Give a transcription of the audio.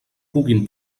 puguin